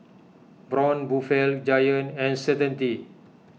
Braun Buffel Giant and Certainty